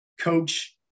Coach